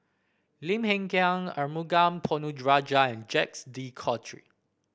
Lim Hng Kiang Arumugam Ponnu Rajah and Jacques De Coutre